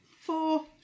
four